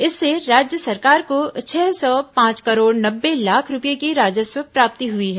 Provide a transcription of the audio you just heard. इससे राज्य सरकार को छह सौ पांच करोड़ नब्बे लाख रूपये की राजस्व प्राप्ति हुई है